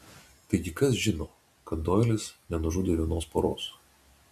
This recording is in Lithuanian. taigi kas žino kad doilis nenužudė vienos poros